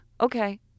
okay